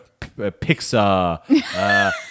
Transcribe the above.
Pixar